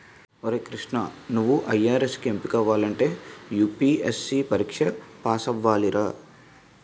ఒరే కృష్ణా నువ్వు ఐ.ఆర్.ఎస్ కి ఎంపికవ్వాలంటే యూ.పి.ఎస్.సి పరీక్ష పేసవ్వాలిరా